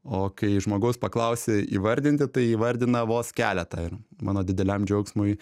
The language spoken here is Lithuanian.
o kai žmogaus paklausi įvardinti tai įvardina vos keletą ir mano dideliam džiaugsmui